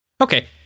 okay